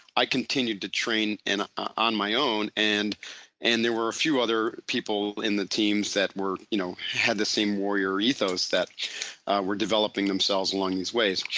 i continued to train and on my own and and there were a few other people in the teams that you know had the same warrior ethos that were developing themselves along these ways.